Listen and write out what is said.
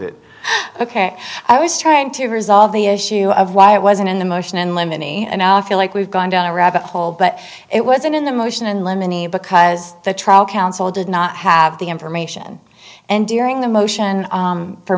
it ok i was trying to resolve the issue of why it wasn't in the motion and lemony and i feel like we've gone down a rabbit hole but it wasn't in the motion and lemony because the trial counsel did not have the information and during the motion